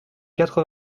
quatre